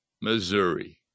Missouri